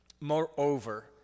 Moreover